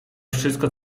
wszystko